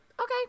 okay